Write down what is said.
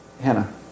Hannah